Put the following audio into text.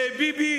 זה ביבי